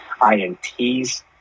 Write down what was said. INTs